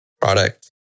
product